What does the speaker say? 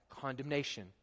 condemnation